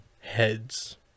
heads